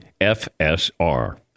FSR